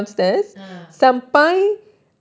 ah